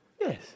Yes